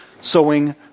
sowing